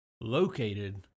located